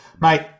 Mate